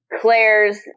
Claire's